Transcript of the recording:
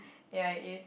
ya it is